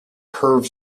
curved